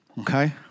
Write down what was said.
Okay